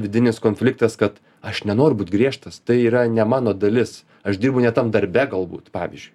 vidinis konfliktas kad aš nenoriu būt griežtas tai yra ne mano dalis aš dirbu ne tam darbe galbūt pavyzdžiui